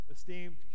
Esteemed